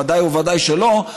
ודאי וודאי שלא,